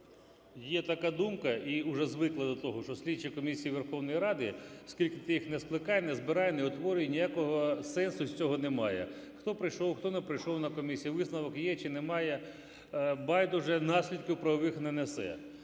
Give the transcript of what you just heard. є така думка, і уже звикли до того, що слідчі комісії Верховної Ради, скільки ти їх не скликай, не збирай, не утворюй, ніякого сенсу з цього немає. Хто прийшов, хто не прийшов на комісію, висновок є чи немає – байдуже, наслідків правових не несе.